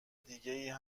دیگه